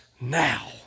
now